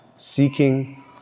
Seeking